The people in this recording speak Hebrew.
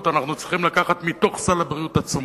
אנחנו צריכים לקחת מתוך סל הבריאות עצמו.